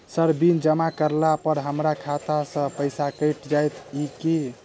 Sir bill जमा करला पर हमरा खाता सऽ पैसा कैट जाइत ई की?